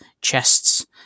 chests